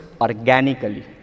organically